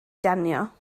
danio